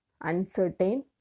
uncertain